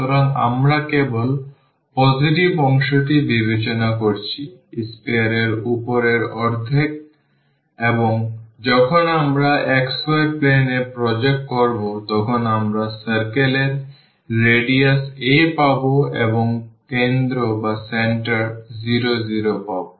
সুতরাং আমরা কেবল পজিটিভ অংশটি বিবেচনা করছি sphere এর উপরের অর্ধেক এবং যখন আমরা xy plane এ প্রজেক্ট করব তখন আমরা circle এর রেডিয়াস a পাব এবং কেন্দ্র 0 0 পাব